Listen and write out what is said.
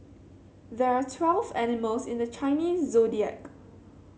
there are twelve animals in the Chinese Zodiac